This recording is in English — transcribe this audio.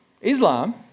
Islam